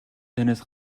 танаас